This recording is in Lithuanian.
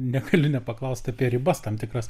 negaliu nepaklaust apie ribas tam tikras